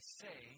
say